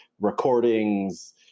recordings